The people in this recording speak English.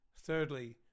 Thirdly